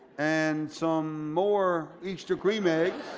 and some more easter creme eggs